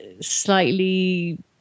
slightly